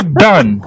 done